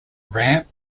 ramp